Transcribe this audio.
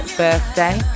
birthday